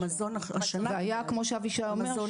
כמו שאבישי אומר,